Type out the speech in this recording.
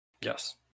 Yes